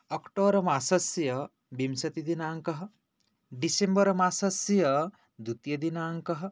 अक्टोबर्मासस्य विंशतिदिनाङ्कः डिसंबर्मासस्य द्वितीयदिनाङ्कः